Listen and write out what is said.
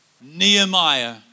Nehemiah